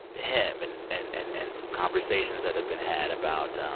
him and and and and some conversations that have been had about